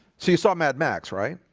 so you saw mad max, right?